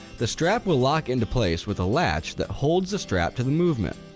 the strap will lock into place with a latch that holds the strap to the movement.